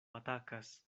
atakas